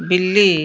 बिल्ली